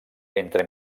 entre